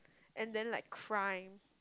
and then like crime